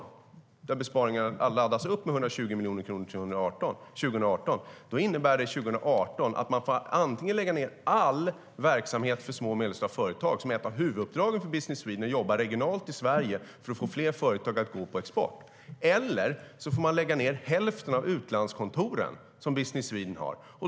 Besparingarna laddas upp med 120 miljoner kronor till 2018. Då innebär det att man 2018 antingen får lägga ned all verksamhet för små och medelstora företag - det är ett av huvuduppdragen för Business Sweden; man jobbar regionalt i Sverige för att få fler företag att gå på export - eller lägga ned hälften av de utlandskontor som Business Sweden har.